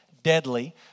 Deadly